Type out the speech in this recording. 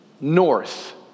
North